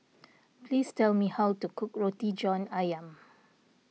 please tell me how to cook Roti John Ayam